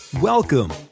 Welcome